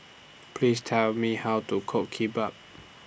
Please Tell Me How to Cook Kimbap